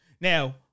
Now